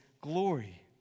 glory